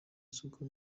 isuku